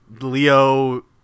leo